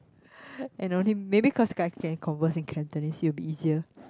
and only maybe cause guide can converse in Cantonese it would be easier